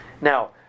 Now